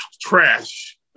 trash